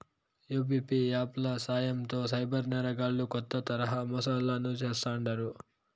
UPI app ల సాయంతో cyber నేరగాల్లు కొత్త తరహా మోసాలను చేస్తాండారు